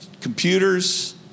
computers